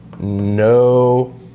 no